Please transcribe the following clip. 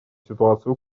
ситуацию